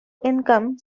income